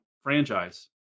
franchise